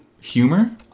humor